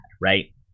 right